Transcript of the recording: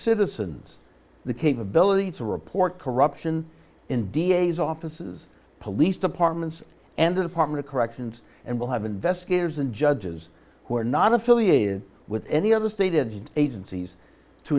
citizens the capability to report corruption in da's offices police departments and the department of corrections and will have investigators and judges who are not affiliated with any of the stated agencies to